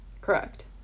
Correct